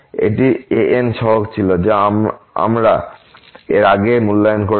এটি an সহগ ছিল আ মরা এর আগে মূল্যায়ন করেছি